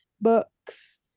Books